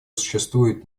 существуют